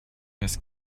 miss